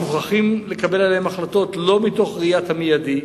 מוכרחים לקבל עליהם החלטות לא מתוך ראיית המיידי,